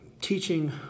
teaching